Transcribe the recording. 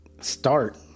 start